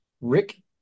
Rick